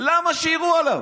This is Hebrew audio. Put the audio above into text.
למה שיירו עליו?